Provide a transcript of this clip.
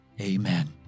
amen